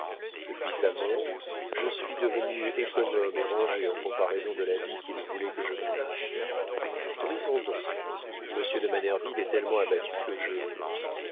depuis sa mort je suis devenue économe et rangée en comparaison de la vie qu'il voulait que je menasse brisons donc monsieur de manerville est tellement abattu que je